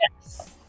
Yes